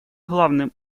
главным